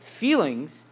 feelings